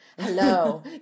Hello